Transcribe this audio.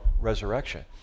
resurrection